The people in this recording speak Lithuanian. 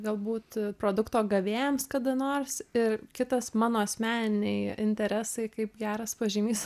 galbūt produkto gavėjams kada nors ir kitas mano asmeniniai interesai kaip geras pažymys